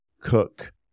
cook